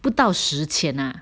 不到十千 ah